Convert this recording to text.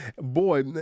boy